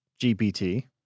GPT